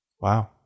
Wow